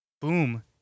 Boom